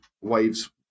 Waves